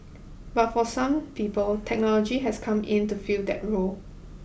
but for some people technology has come in to fill that role